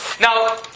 Now